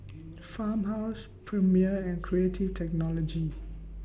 Farmhouse Premier and Creative Technology